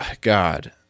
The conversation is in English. God